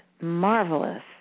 marvelous